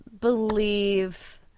believe